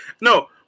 No